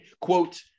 quote